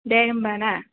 दे होमबा ना